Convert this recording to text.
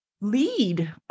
lead